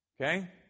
Okay